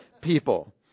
people